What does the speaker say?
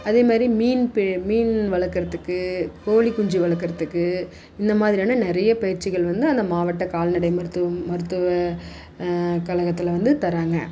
அதே மாதிரி மீன் பி மீன் வளர்க்குறத்துக்கு கோழி குஞ்சி வளர்க்குறத்துக்கு இந்த மாதிரியான நிறைய பயிற்சிகள் வந்து அந்த மாவட்ட கால்நடை மருத்துவ மருத்துவ கழகத்தில் வந்து தராங்க